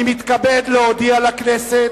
אני מתכבד להודיע לכנסת,